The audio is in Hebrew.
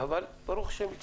אבל ברוך ה' הצלחנו.